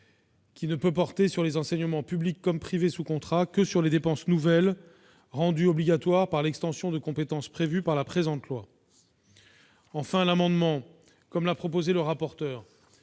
qui ne peut porter, pour les enseignements public comme privé sous contrat, que sur les dépenses nouvelles rendues obligatoires par l'extension de compétences prévue par la présente loi. Enfin, comme l'a proposé M. le rapporteur,